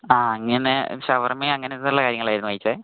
ആ അങ്ങനെ ഷവർമേ അങ്ങനത്തെക്കുള്ള കാര്യങ്ങളായിരുന്നു കഴിച്ചത്